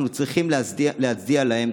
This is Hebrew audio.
אנחנו צריכים להצדיע להם.